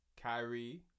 Kyrie